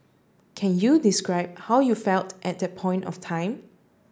can you describe how you felt at that point of time